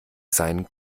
seinen